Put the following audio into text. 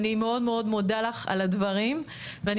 אני מאוד מודה לך על הדברים ואני